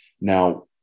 Now